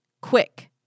quick